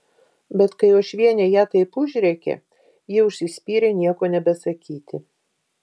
bet kai uošvienė ją taip užrėkė ji užsispyrė nieko nebesakyti